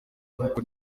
nkuko